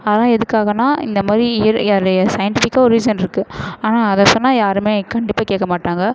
அதலாம் எதுக்காகனால் இந்த மாதிரி அதில் சயின்ட்டிஃபிக்காக ஒரு ரீஸன் இருக்குது ஆனால் அதை சொன்னால் யாருமே கண்டிப்பாக கேட்க மாட்டாங்க